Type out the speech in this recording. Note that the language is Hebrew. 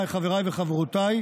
חבריי וחברותיי,